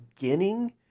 beginning